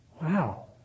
Wow